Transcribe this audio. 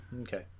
okay